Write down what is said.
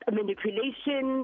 manipulation